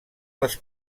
les